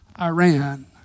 Iran